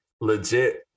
legit